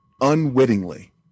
unwittingly